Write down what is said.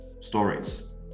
stories